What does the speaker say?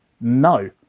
No